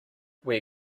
where